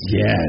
Yes